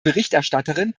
berichterstatterin